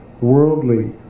worldly